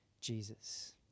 Jesus